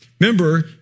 Remember